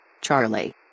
Charlie